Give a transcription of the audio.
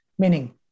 meaning